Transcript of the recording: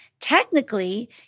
technically